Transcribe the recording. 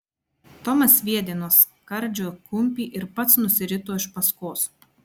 tomas sviedė nuo skardžio kumpį ir pats nusirito iš paskos